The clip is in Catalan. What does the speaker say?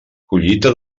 collita